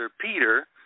Peter